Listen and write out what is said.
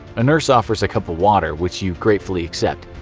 a nurse offers a cup of water, which you gratefully accept.